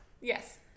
Yes